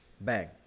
Bang